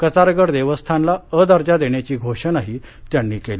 कचारगड देवस्थानाला अ दर्जा देण्याची घोषणाही त्यांनी केली